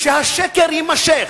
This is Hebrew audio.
שהשקר יימשך?